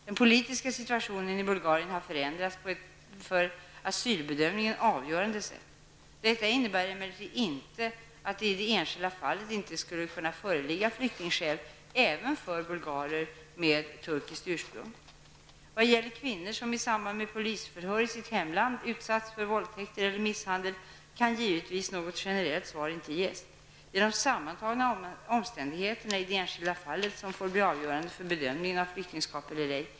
Den politiska situationen i Bulgarien har förändrats på ett för asylbedömningen avgörande sätt. Detta innebär emellertid inte att det i det enskilda fallet inte skulle kunna föreligga flyktingskäl även för bulgarer med turkiskt ursprung. Vad gäller kvinnor som i samband med polisförhör i sitt hemland utsatts för våldtäkter och misshandel kan givetvis något generellt svar inte ges. Det är de sammantagna omständigheterna i det enskilda fallet som får bli avgörande för bedömningen av flyktingskap eller ej.